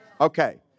Okay